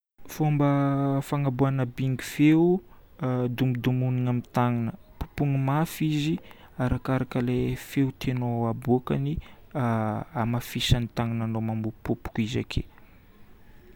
Fomba fagnaboahana bingo feo. Domodomonigna amin'ny tagnana. Domo mafy izy arakaraka ilay feo tianao haboakany. Hamafisin'ny tagnananao mamopopopoka izy ake.